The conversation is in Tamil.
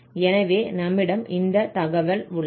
எனவே நம்மிடம் இந்தத் தகவல் உள்ளது